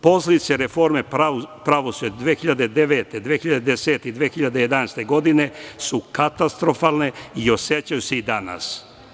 Posledice reforme pravosuđa 2009, 2010. i 2011. godine su katastrofalne i osećaju se i danas.